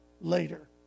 later